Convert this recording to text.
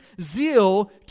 zeal